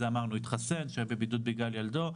הורה שהתחסן ושוהה בבידוד בגלל ילדו,